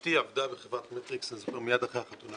אשתי עבדה בחברת מטריקס מיד אחרי החתונה